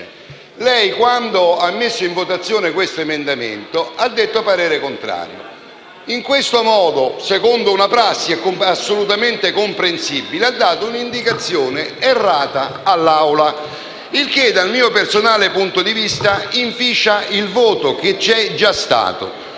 quando ha messo in votazione questo emendamento, ha detto: «parere contrario». In questo modo, secondo una prassi assolutamente comprensibile, ha dato un'indicazione errata all'Assemblea. Ciò, dal mio personale punto di vista, inficia il voto che c'è già stato.